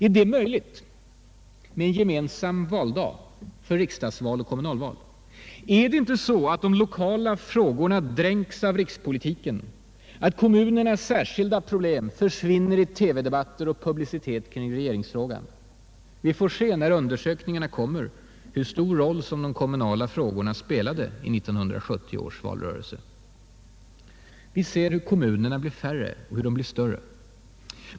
Är detta möjligt med en gemensam valdag för riksdagsval och kommunalval? Är det inte så att de lokala frågorna dränks av rikspolitiken, att kommunernas särskilda problem försvinner i TV-debatter och publicitet kring regeringsfrågan? Vi får se när undersökningar kommer hur stor roll som de kommunala frågorna spelade i 1970 års valrörelse. Vi ser hur kommunerna blir färre och större.